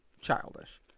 childish